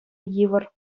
йывӑр